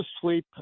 sleep